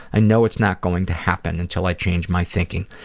i know it's not going to happen until i change my thinking,